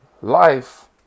Life